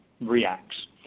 reacts